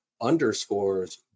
underscores